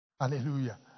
Hallelujah